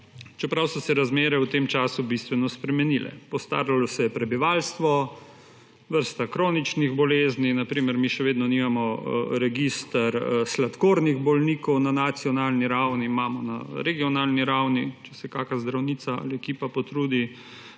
čeprav so se razmere v tem času bistveno spremenile. Postaralo se je prebivalstvo, vrsta kroničnih bolezni, – na primer, mi še vedno nimamo registra sladkornih bolnikov na nacionalni ravni, imamo na regionalni ravni, če se kaka zdravnica ali ekipa potrudi